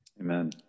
Amen